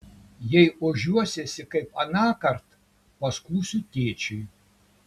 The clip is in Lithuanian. jei ožiuosiesi kaip anąkart paskųsiu tėčiui